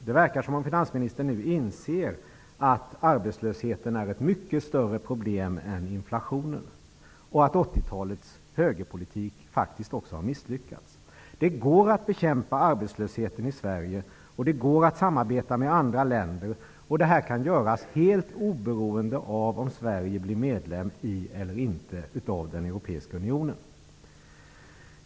Det verkar som om finansministern nu inser att arbetslösheten är ett mycket större problem än inflationen och att 80-talets högerpolitik faktiskt också har misslyckats. Det går att bekämpa arbetslösheten i Sverige, och det går att samarbeta med andra länder, och det kan göras helt oberoende av om Sverige blir medlem eller inte i den Europeiska Unionen.